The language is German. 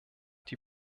die